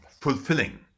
fulfilling